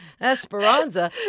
Esperanza